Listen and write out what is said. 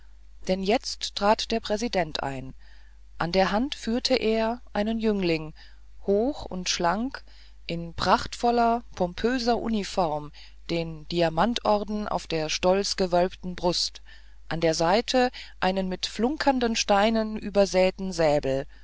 denn jetzt trat der präsident ein an der hand führte er einen jüngling hoch und schlank in prachtvoller pompöser uniform den diamantorden auf der stolz gewölbten brust an der seite einen mit flunkernden steinen übersäeten säbel